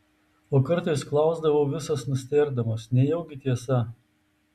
o kartais klausdavo visas nustėrdamas nejaugi tiesa